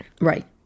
Right